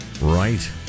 Right